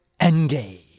Engage